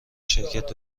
شرکت